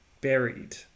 buried